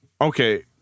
Okay